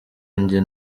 njye